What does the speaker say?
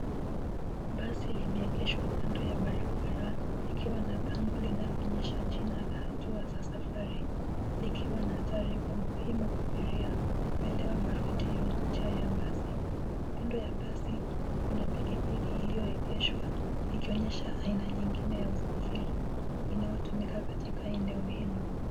Basi limeegeshwa kando ya barabara, likiwa na bango linaloonyesha jina la hatua za safari. Likiwa na taarifa muhimu kwa abiria, kuelewa marudio njia ya basi. Kando ya basi, kuna pikipiki iliyoegeshwa, ikionyesha aina nyingine ya usafiri, inayotumika katika eneo hilo.